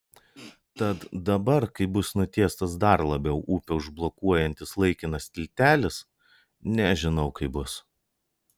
tad dabar kai bus nutiestas dar labiau upę užblokuojantis laikinas tiltelis nežinau kaip bus